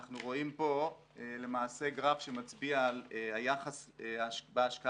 אנחנו רואים פה למעשה גרף שמצביע על היחס בהשקעה